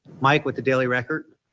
mike with the daily record.